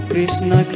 Krishna